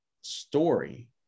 story